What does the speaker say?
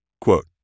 Quote